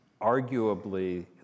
arguably